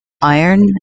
Iron